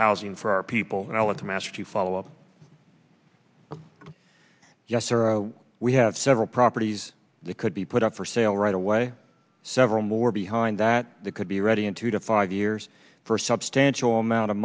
housing for our people and i want to ask you follow up yes or no we have several properties that could be put up for sale right away several more behind that that could be ready in two to five years for a substantial amount of